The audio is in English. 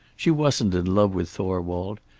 she wasn't in love with thorwald.